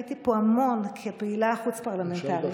הייתי פה המון כפעילה חוץ-פרלמנטרית,